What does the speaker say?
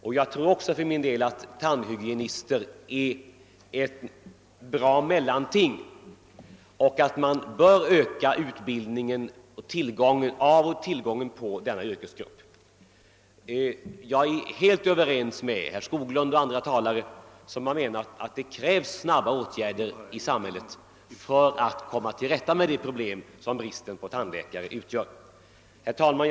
För min del tror jag också att tandhygienister kan fylla en viktig funktion och att man bör öka utbildningen av och tillgången på denna yrkesgrupp. Jag är helt överens med herr Skoglund och andra talare som menar att det krävs snabba åtgärder i samhället för att komma till rätta med det problem som bristen på tandläkare utgör. Herr talman!